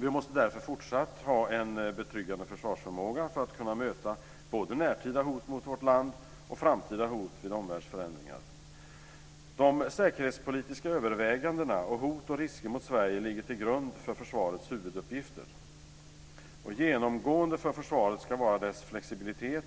Vi måste därför fortsatt ha en betryggande försvarsförmåga för att kunna möta både närtida hot mot vårt land och framtida hot vid omvärldsförändringar. De säkerhetspolitiska övervägandena och hot och risker mot Sverige ligger till grund för försvarets huvuduppgifter. Genomgående för försvaret ska vara dess flexibilitet